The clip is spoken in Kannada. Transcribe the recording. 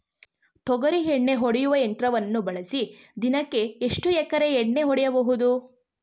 ತೊಗರಿ ಎಣ್ಣೆ ಹೊಡೆಯುವ ಯಂತ್ರವನ್ನು ಬಳಸಿ ದಿನಕ್ಕೆ ಎಷ್ಟು ಎಕರೆ ಎಣ್ಣೆ ಹೊಡೆಯಬಹುದು?